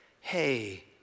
hey